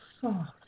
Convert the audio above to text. soft